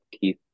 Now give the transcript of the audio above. keith